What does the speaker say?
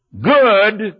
good